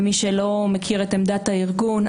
למי שלא מכיר את עמדת הארגון,